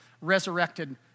resurrected